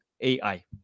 AI